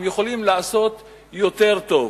הם יכולים לעשות יותר טוב,